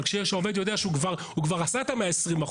אבל כשהעובד יודע שהוא כבר עשה את ה-120%